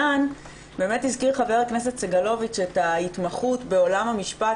הזכיר חבר הכנסת סגלוביץ' את ההתמחות בעולם המשפט.